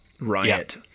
riot